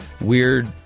weird